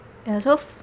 ya so